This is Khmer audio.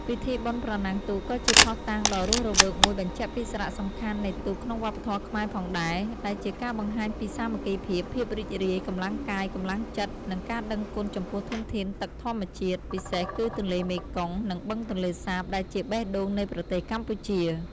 ពិធីបុណ្យប្រណាំងទូក ក៏ជាភស្តុតាងដ៏រស់រវើកមួយបញ្ជាក់ពីសារៈសំខាន់នៃទូកក្នុងវប្បធម៌ខ្មែរផងដែរ ដែលជាការបង្ហាញពីសាមគ្គីភាព ភាពរីករាយ កម្លាំងកាយ កម្លាំងចិត្ត និងការដឹងគុណចំពោះធនធានទឹកធម្មជាតិ ពិសេសគឺទន្លេមេគង្គ និងបឹងទន្លេសាប ដែលជាបេះដូងនៃប្រទេសកម្ពុជា។